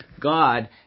God